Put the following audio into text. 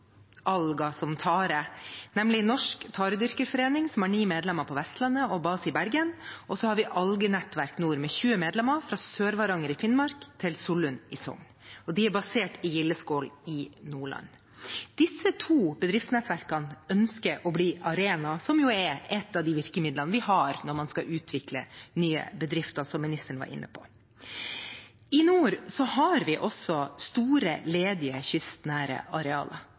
som tare, nemlig Norsk Taredyrkerforening, som har ni medlemmer på Vestlandet og base i Bergen, og Algenettverk Nord, med tjue medlemmer, fra Sør-Varanger i Finnmark til Solund i Sogn. De er basert i Gildeskål i Nordland. Disse to bedriftsnettverkene ønsker å bli arena, som er ett av de virkemidlene vi har når vi skal utvikle nye bedrifter, som ministeren var inne på. I nord har vi også store, ledige kystnære arealer.